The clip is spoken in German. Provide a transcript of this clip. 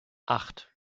acht